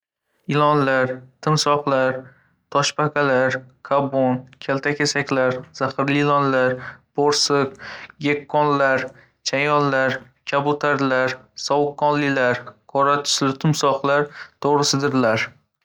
Ilonlar, timsohlar, toshbaqalar, qobon, kaltakesaklar, zaharli ilonlar, bo‘rsiq, gekkonlar, chayonlar, kabutarlar, suviqonlilar, qora tusli timsohlar, to‘g‘risidirlar.